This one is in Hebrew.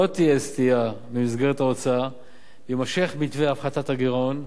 לא תהיה סטייה ממסגרת ההוצאה ויימשך מתווה הפחתת הגירעון.